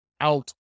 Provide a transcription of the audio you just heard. out